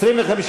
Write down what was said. סעיף 11 נתקבל.